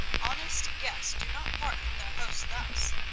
honest guests do not part from their hosts thus,